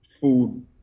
food